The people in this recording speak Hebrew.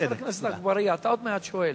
חבר הכנסת אגבאריה, אתה עוד מעט שואל.